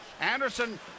Anderson